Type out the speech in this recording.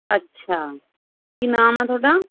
ਅੱਛਾ ਕੀ ਨਾਮ ਹੈ ਤੁਹਾਡਾ